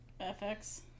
FX